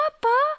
Papa